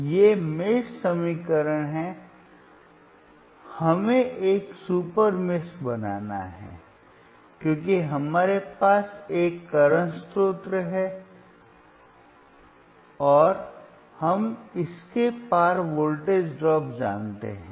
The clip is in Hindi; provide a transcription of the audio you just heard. तो ये मेष समीकरण हैं हमें एक सुपर मेष बनाना है क्योंकि हमारे पास एक करंट स्रोत है और हम इसके पार वोल्टेज ड्रॉप जानते हैं